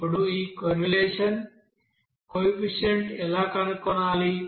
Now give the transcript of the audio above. ఇప్పుడు ఈ correlation coefficient ఎలా కనుగొనాలి